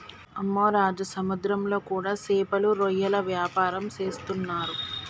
అమ్మె రాజు సముద్రంలో కూడా సేపలు రొయ్యల వ్యవసాయం సేసేస్తున్నరు